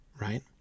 Right